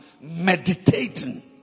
meditating